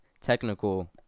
technical